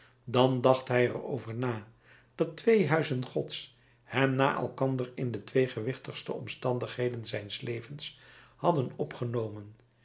dan dacht hij er over na dat twee huizen gods hem na elkander in de twee gewichtigste omstandigheden zijns levens hadden opgenomen